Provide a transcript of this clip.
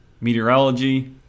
meteorology